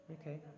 Okay